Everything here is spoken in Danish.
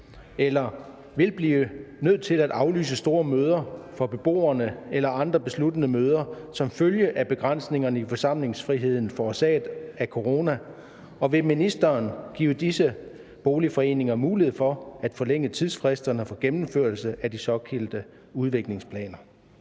eller vil blive nødt til at aflyse store møder for beboere eller andre besluttende møder som følge af begrænsninger i forsamlingsfriheden forårsaget af corona, og vil ministeren give disse boligforeninger mulighed for at forlænge tidsfristerne for gennemførelse af de såkaldte udviklingsplaner?